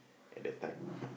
at that time